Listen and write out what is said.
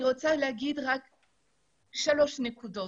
אני רוצה להעלות שלוש נקודות.